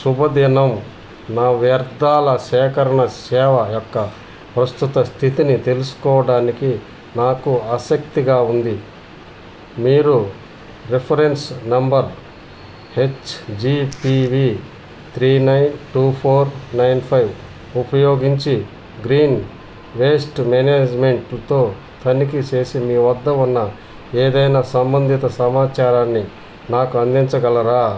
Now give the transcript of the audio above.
శుభదినం నా వ్యర్థాల సేకరణ సేవ యొక్క ప్రస్తుత స్థితిని తెలుసుకోవడానికి నాకు ఆసక్తిగా ఉంది మీరు reference number H G P V three nine two four nine five ఉపయోగించి గ్రీన్ వేస్ట్ మేనేజ్మెంట్తో తనిఖీ చేసి మీ వద్ద ఉన్న ఏదైనా సంబంధిత సమాచారాన్ని నాకు అందించగలరా